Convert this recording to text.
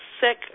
sick